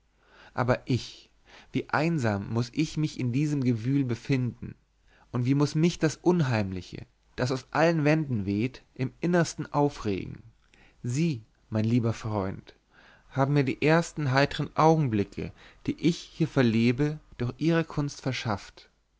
aber ich wie einsam muß ich mich in diesem gewühl befinden und wie muß mich das unheimliche das aus allen wänden weht im innersten aufregen sie mein lieber freund haben mir die ersten heitern augenblicke die ich hier verlebte durch ihre kunst verschafft